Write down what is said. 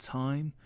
time